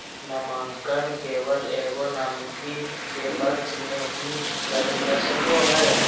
नामांकन केवल एगो नामिती के पक्ष में ही कइल जा सको हइ